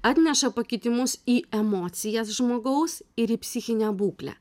atneša pakitimus į emocijas žmogaus ir į psichinę būklę